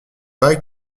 pas